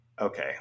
okay